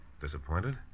Disappointed